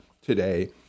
today